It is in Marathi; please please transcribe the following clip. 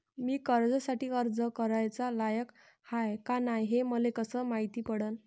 मी कर्जासाठी अर्ज कराचा लायक हाय का नाय हे मले कसं मायती पडन?